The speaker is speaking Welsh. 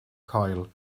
coil